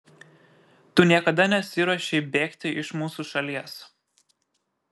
tu niekada nesiruošei bėgti iš mūsų šalies